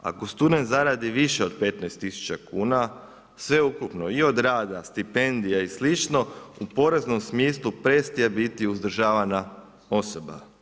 Ako student zaradi više od 15.000 kuna sveukupno i od rada, stipendije i slične u poreznom smislu prestaje biti uzdržavana osoba.